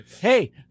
Hey